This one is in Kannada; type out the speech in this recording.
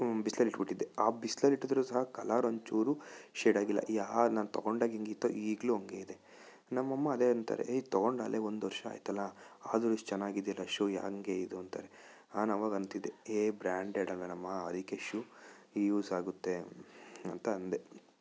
ಬಿಸಿಲಲ್ಲಿ ಇಟ್ಬಿಟ್ಟಿದ್ದೆ ಆ ಬಿಸ್ಲಲ್ಲಿ ಇಟ್ಟಿದ್ರೂ ಸಹ ಕಲರ್ ಒಂಚೂರೂ ಶೇಡ್ ಆಗಿಲ್ಲ ಯಾವಾಗ ನಾನು ತೊಗೊಂಡಾಗ ಹೆಂಗಿತ್ತೋ ಈಗ್ಲೂ ಹಂಗೇ ಇದೆ ನಮ್ಮಮ್ಮ ಅದೆ ಅಂತಾರೆ ಏ ತೊಗೊಂಡು ಆಗ್ಲೇ ಒಂದು ವರ್ಷ ಆಯ್ತಲ್ಲ ಆದ್ರೂ ಎಷ್ಟು ಚೆನ್ನಾಗಿದೆ ಅಲ್ಲ ಶೂ ಹೆಂಗೆ ಇದು ಅಂತಾರೆ ನಾನು ಆವಾಗ ಅಂತಿದ್ದೆ ಏ ಬ್ರ್ಯಾಂಡೆಡ್ ಅಲ್ವೇನಮ್ಮಾ ಅದಕ್ಕೆ ಶೂ ಯೂಸ್ ಆಗುತ್ತೆ ಅಂತ ಅಂದೆ